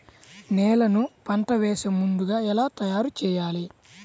నేలను పంట వేసే ముందుగా ఎలా తయారుచేయాలి?